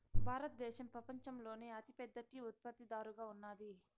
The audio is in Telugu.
భారతదేశం పపంచంలోనే అతి పెద్ద టీ ఉత్పత్తి దారుగా ఉన్నాది